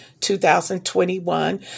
2021